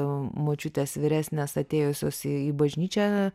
močiutės vyresnės atėjusios į bažnyčią